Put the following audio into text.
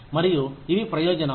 మరియు ఇవి ప్రయోజనాలు